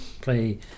play